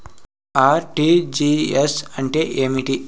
RTGS అంటే ఏమి?